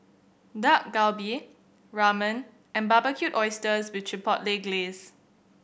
Dak Galbi Ramen and Barbecued Oysters with Chipotle Glaze